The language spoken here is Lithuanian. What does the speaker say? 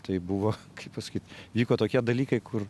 tai buvo kaip pasakyt vyko tokie dalykai kur